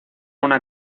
una